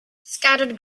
scattered